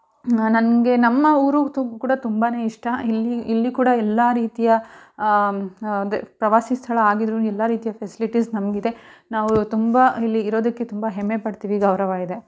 ನನಗೆ ನಮ್ಮ ಊರು ತು ಕೂಡ ತುಂಬನೇ ಇಷ್ಟ ಇಲ್ಲಿ ಇಲ್ಲಿ ಕೂಡ ಎಲ್ಲ ರೀತಿಯ ಹ ಅಂದರೆ ಪ್ರವಾಸಿ ಸ್ಥಳ ಆಗಿದ್ದರು ಎಲ್ಲ ರೀತಿಯ ಫೆಸ್ಲಿಟೀಸ್ ನಮಗಿದೆ ನಾವು ತುಂಬ ಇಲ್ಲಿ ಇರೋದಕ್ಕೆ ತುಂಬ ಹೆಮ್ಮೆ ಪಡ್ತೀವಿ ಗೌರವ ಇದೆ